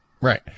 Right